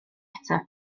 eto